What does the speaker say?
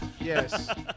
Yes